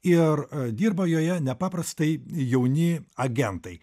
ir dirba joje nepaprastai jauni agentai